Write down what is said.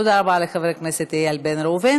תודה רבה לחבר הכנסת איל בן ראובן.